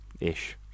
Ish